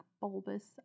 bulbous